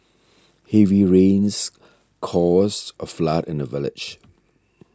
heavy rains caused a flood in the village